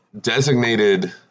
designated